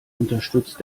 unterstützt